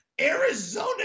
Arizona